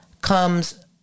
comes